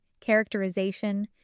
characterization